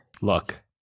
Look